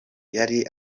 yari